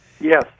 Yes